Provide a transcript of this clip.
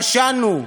רשענו,